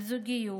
על זוגיות,